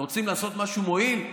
רוצים לעשות משהו מועיל?